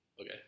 Okay